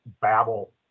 babble